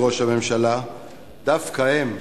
דווקא הם,